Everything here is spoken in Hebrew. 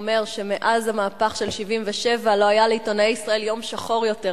אומר שמאז המהפך של 1977 לא היה לעיתונאי ישראלי יום שחור יותר,